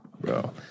Bro